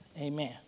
Amen